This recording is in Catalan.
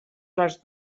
les